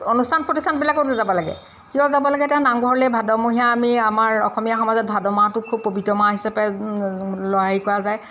অনুষ্ঠান প্ৰতিষ্ঠানবিলাকতো যাব লাগে কিয় যাব লাগে এতিয়া নামঘৰলৈ ভাদমহীয়া আমি আমাৰ অসমীয়া সমাজত ভাদমাহটো খুব পবিত্ৰ মাহ হিচাপে হেৰি কৰা যায়